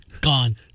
Gone